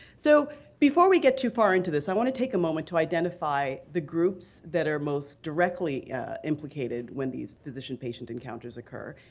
so before we get too far into this, i want to take a moment to identify the groups that are most directly implicated when these physician-patient encounters occur,